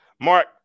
mark